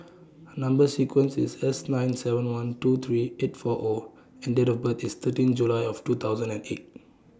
Number sequence IS S nine seven one two three eight four O and Date of birth IS thirteen July of two thousand and eight